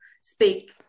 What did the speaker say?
speak